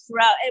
throughout